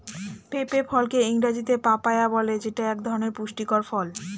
পেঁপে ফলকে ইংরেজিতে পাপায়া বলে যেইটা এক ধরনের পুষ্টিকর ফল